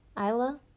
Isla